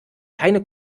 keine